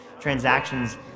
transactions